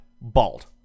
bald